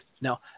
Now